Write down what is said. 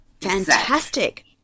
Fantastic